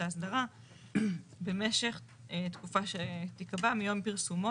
ההסדרה במשך תקופה שתיקבע מיום פרסומו,